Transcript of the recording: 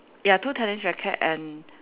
ya two tennis racket and